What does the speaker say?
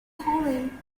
hollie